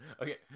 Okay